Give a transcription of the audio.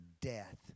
death